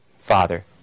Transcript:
father